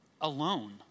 alone